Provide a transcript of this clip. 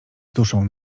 duszą